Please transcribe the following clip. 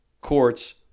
courts